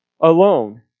alone